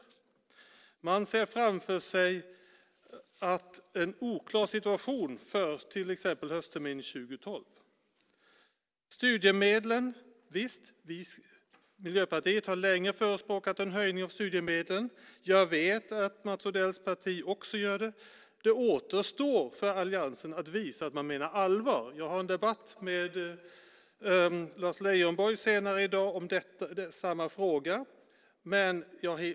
Man ser framför sig en oklar situation till exempel för höstterminen 2012. Miljöpartiet har länge förespråkat en höjning av studiemedlen. Jag vet att Mats Odells parti också gör det. Det återstår för alliansen att visa att man menar allvar. Jag har en debatt med Lars Leijonborg senare i dag om samma fråga.